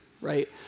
right